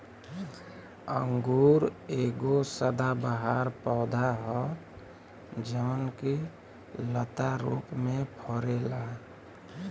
अंगूर एगो सदाबहार पौधा ह जवन की लता रूप में फरेला